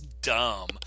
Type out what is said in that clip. dumb